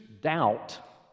doubt